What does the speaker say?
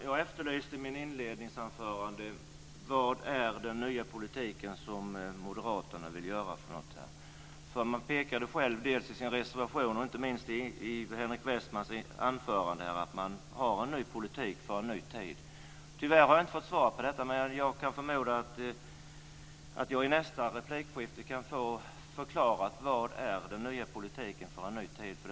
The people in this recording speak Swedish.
Fru talman! I mitt inledningsanförande efterlyste jag den nya politik som moderaterna vill föra. Man pekar själv i sin reservation på att man har en ny politik för en ny tid, och Henrik Westman gör det också i sitt anförande. Tyvärr har jag inte fått svar på det som jag efterlyste, men jag kan förmoda att jag i nästa replikskifte kan få förklarat vad den nya politiken för en ny tid är för något.